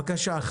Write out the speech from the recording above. בבקשה.